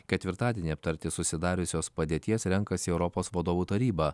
ketvirtadienį aptarti susidariusios padėties renkasi europos vadovų taryba